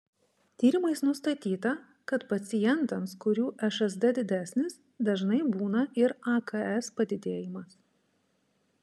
tyrimais nustatyta kad pacientams kurių šsd didesnis dažnai būna ir aks padidėjimas